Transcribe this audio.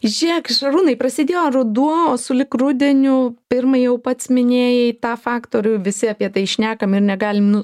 žėk šarūnai prasidėjo ruduo o sulig rudeniu pirmą jau pats minėjai tą faktorių ir visi apie tai šnekam ir negalim nu